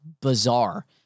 bizarre